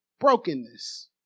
brokenness